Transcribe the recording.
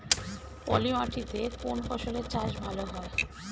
পলি মাটিতে কোন ফসলের চাষ ভালো হয়?